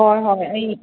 ꯍꯣꯏ ꯍꯣꯏ ꯑꯩ